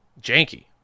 Janky